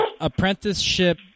apprenticeship